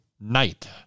night